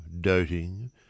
doting